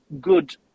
good